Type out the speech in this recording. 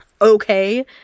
okay